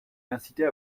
l’inciter